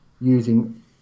using